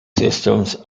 systems